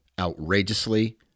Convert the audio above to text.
outrageously